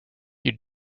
you